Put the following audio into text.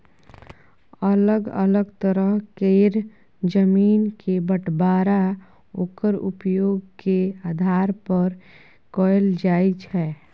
अलग अलग तरह केर जमीन के बंटबांरा ओक्कर उपयोग के आधार पर कएल जाइ छै